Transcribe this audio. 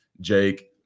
Jake